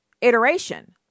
iteration